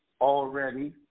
already